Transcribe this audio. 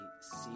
see